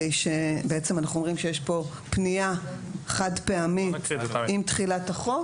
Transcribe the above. ובעצם אנחנו אומרים שיש פה פנייה חד-פעמית עם תחילת החוק.